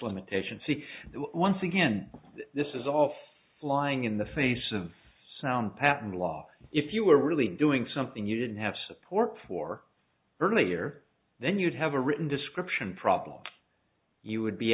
limitation c once again this is all flying in the face of sound patent law if you were really doing something you didn't have support for earlier then you'd have a written description problem you would be